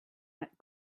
that